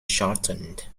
shortened